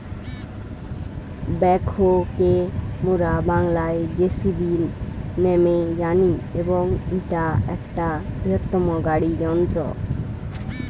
backhoe কে মোরা বাংলায় যেসিবি ন্যামে জানি এবং ইটা একটা বৃহত্তম গাড়ি যন্ত্র